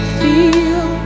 feel